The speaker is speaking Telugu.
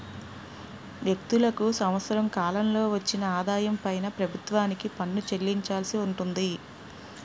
వ్యక్తులకు సంవత్సర కాలంలో వచ్చిన ఆదాయం పైన ప్రభుత్వానికి పన్ను చెల్లించాల్సి ఉంటుంది